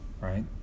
right